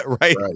Right